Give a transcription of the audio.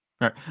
Right